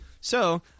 So-